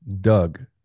doug